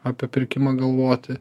apie pirkimą galvoti